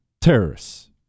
terrorists